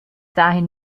dahin